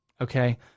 Okay